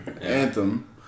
Anthem